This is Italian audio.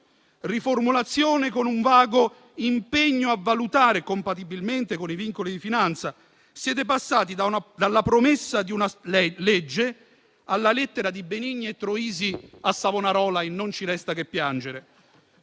riformulazione con un vago impegno a valutare, compatibilmente con i vincoli di finanza. Siete passati dalla promessa di una legge alla lettera di Benigni e Troisi a Savonarola in «Non ci resta che piangere»,